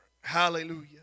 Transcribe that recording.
Hallelujah